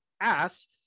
ass